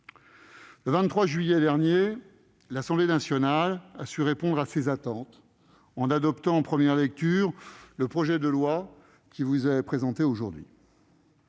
Le 23 juillet dernier, l'Assemblée nationale a su répondre à ces attentes en adoptant en première lecture le projet de loi qui vous est présenté aujourd'hui.